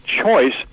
choice